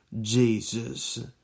Jesus